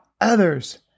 others